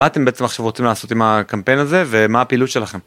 מה אתם בעצם עכשיו רוצים לעשות עם הקמפיין הזה ומה הפעילות שלכם.